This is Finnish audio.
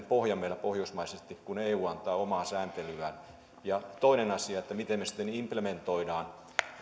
pohja meillä pohjoismaisesti kun eu antaa omaa sääntelyään toinen asia on se miten me implementoimme